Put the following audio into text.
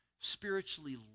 spiritually